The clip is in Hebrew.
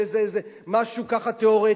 משהו ככה תיאורטי,